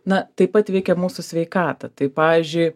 na taip pat veikia mūsų sveikatą tai pavyžiui